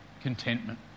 contentment